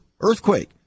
earthquake